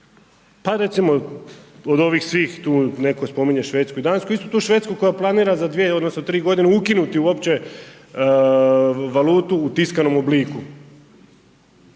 Pa recimo od ovih svih tu netko spominje Švedsku i Dansku, istu tu Švedsku koja planira za 2 odnosno 3.g. ukinuti uopće valutu u tiskanom obliku,